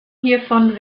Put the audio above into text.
hiervon